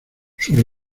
sus